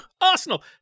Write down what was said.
Arsenal